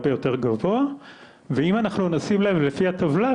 יהיה הרבה יותר גבוה ואם אנחנו נשים לב לפי הטבלה,